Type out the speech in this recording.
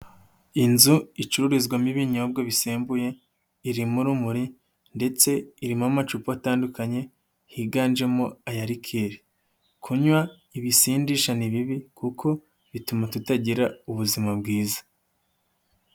Inzu icururizwamo ibinyobwa bisembuye, iririmo rumuri, ndetse irimo amacupa atandukanye higanjemo aya lirekeli, kunywa ibisindisha ni bibi kuko bituma tutagira ubuzima bwiza.